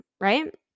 right